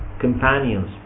companions